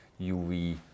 UV